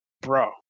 Bro